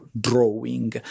drawing